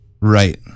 Right